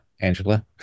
Angela